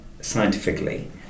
scientifically